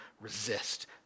resist